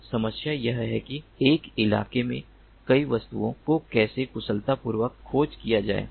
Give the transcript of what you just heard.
तो समस्या यह है कि एक इलाके में कई वस्तुओं को कैसे कुशलतापूर्वक खोज किया जाए